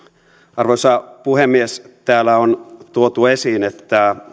arvoisa puhemies täällä on tuotu esiin että